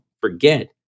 forget